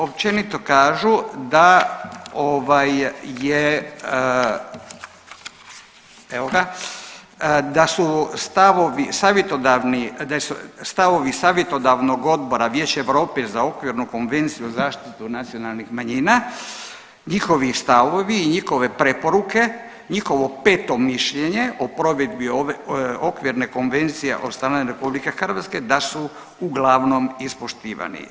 Općenito kažu da ovaj je, evo ga, da su stavovi, savjetodavni, da je stavovi savjetodavnog odbora Vijeća Europe za okvirnu konvenciju zaštitu nacionalnih manjina, njihovi stavovi i njihove preporuke, njihovo 5 mišljenje o provedbi okvirne konvencije o … RH da su uglavnom ispoštivani.